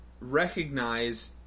recognize